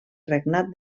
regnat